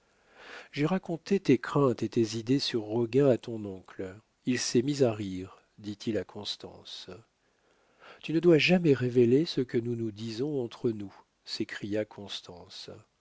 j'ai raconté tes craintes et tes idées sur roguin à ton oncle il s'est mis à rire dit-il à constance tu ne dois jamais révéler ce que nous nous disons entre nous s'écria constance